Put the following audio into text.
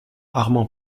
armand